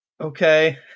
okay